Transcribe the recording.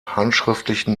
handschriftlichen